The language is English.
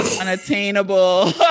unattainable